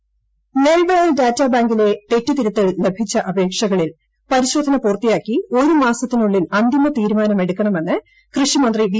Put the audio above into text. data bank നെൽ വയൽ ഡാറ്റാബാങ്കിലെ തെറ്റുതിരുത്താൻ ലഭിച്ച അപേക്ഷകളിൽ പരിശോധന പൂർത്തിയാക്കി ഒരു മാസത്തിനുള്ളിൽ അന്തിമ തീരുമാനമെടുക്കണമെന്ന് കൃഷി കൃന്ത്രി വി